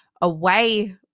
away